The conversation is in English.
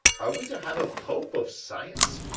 are we to have a pope of science,